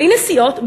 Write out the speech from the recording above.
בלי נסיעות,